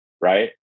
Right